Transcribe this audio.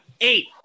Eight